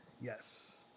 Yes